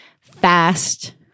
fast